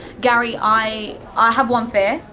gary, i i have one fear,